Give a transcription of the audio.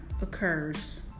occurs